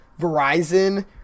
verizon